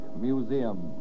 Museum